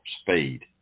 speed